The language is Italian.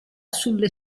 sulle